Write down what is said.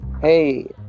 Hey